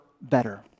better